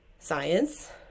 science